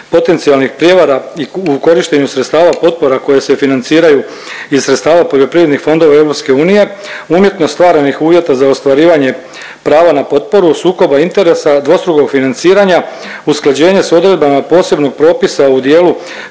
potencijalnih prijevara u korištenju sredstava potpora koje se financiraju iz sredstava poljoprivrednih fondova EU, umjetno stvaranih uvjeta za ostvarivanje prava na potporu, sukoba interesa, dvostrukog financiranja, usklađenja sa odredbama posebnog propisa u dijelu